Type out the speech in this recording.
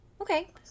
okay